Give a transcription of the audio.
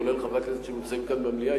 כולל חברי הכנסת שנמצאים כאן במליאה,